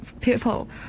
people